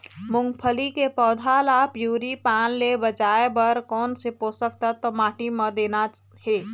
मुंगफली के पौधा ला पिवरी पान ले बचाए बर कोन से पोषक तत्व माटी म देना हे?